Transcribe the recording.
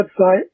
website